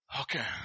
Okay